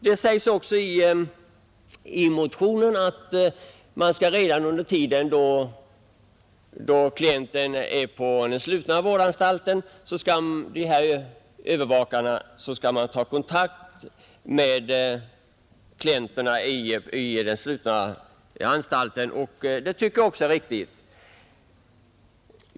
Det sägs också i motionen att övervakarna skall ta kontakt med klienterna redan under den tid då dessa befinner sig på den slutna vårdanstalten, och det tycker jag också är riktigt.